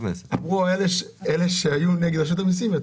אמרו: אלה שהיו נגד רשות המסים יצאו.